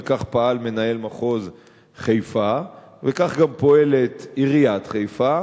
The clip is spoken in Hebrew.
וכך פעל מנהל מחוז חיפה וכך גם פועלת עיריית חיפה.